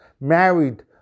married